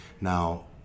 Now